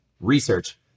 research